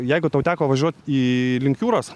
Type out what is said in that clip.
jeigu tau teko važiuot į link jūros